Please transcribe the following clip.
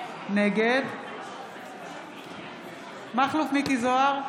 נגד מכלוף מיקי זוהר,